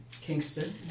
Kingston